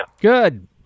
Good